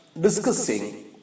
discussing